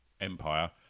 Empire